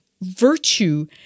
virtue